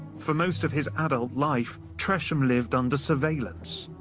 for most of his adult life, tresham lived under surveillance.